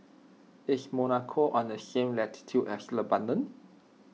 is Monaco on the same latitude as Lebanon